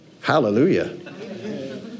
Hallelujah